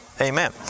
Amen